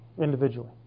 individually